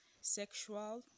sexual